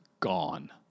Gone